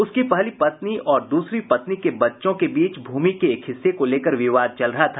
उसकी पहली पत्नी और दूसरी पत्नी के बच्चों के बीच भूमि के एक हिस्से को लेकर विवाद चल रहा था